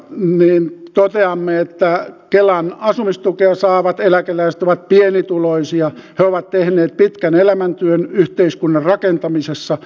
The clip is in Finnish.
melin toteamme ja kelan asumistukea saavat eläkeläiset ovat pienituloisia ovat tehneet pitkän elämäntyön yhteiskunnan rakentamisessa